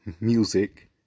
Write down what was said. Music